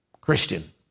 Christian